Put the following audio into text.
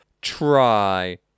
Try